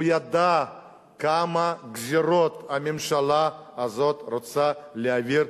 הוא ידע כמה גזירות הממשלה הזאת רוצה להעביר.